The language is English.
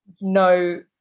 no